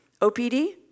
OPD